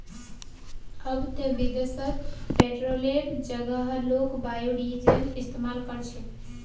अब ते विदेशत पेट्रोलेर जगह लोग बायोडीजल इस्तमाल कर छेक